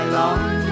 long